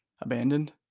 Abandoned